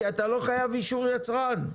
כי אתה לא חייב אישור יצרן.